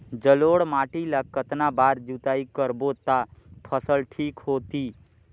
जलोढ़ माटी ला कतना बार जुताई करबो ता फसल ठीक होती?